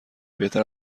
بهتر